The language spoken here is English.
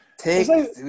Take